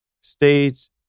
stage